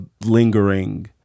lingering